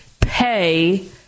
pay